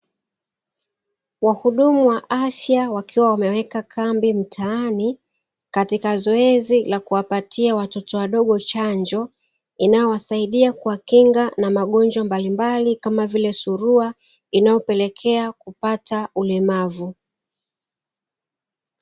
Wahudumu wa afya wakiwa wameweka kambi mtaani, katika zoezi la kuwapatia watoto wadogo chanjo inayowasaidia kuwakinga na magonjwa mbalimbali kama vile surua inayopelekea kupata ulemavu.